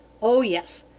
oh, yes.